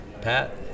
Pat